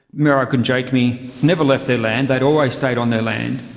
mirarr gundjeihmi never left their land, they'd always stayed on their land.